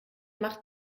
macht